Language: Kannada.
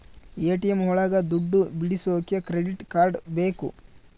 ಎ.ಟಿ.ಎಂ ಒಳಗ ದುಡ್ಡು ಬಿಡಿಸೋಕೆ ಕ್ರೆಡಿಟ್ ಕಾರ್ಡ್ ಬೇಕು